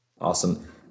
Awesome